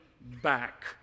back